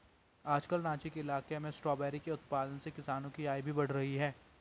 आजकल राँची के इलाके में स्ट्रॉबेरी के उत्पादन से किसानों की आय भी बढ़ रही है